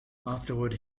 afterward